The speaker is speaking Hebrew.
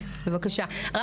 אנחנו